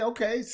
Okay